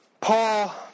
Paul